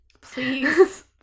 Please